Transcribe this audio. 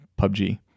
PUBG